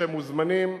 כשהם מוזמנים,